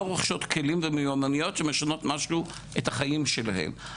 רוכשות כלים ומיומנויות שמשנות משהו את החיים שלהן.